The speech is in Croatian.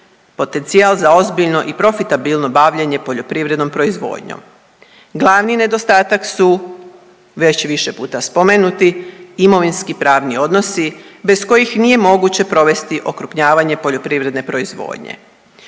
potencijal za ozbiljno i profitabilno bavljenje poljoprivrednom proizvodnjom. Glavni nedostatak su već više puta spomenuti imovinski pravni odnosi bez kojih nije moguće provesti okrupnjavanje poljoprivredne proizvodnje.